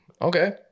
Okay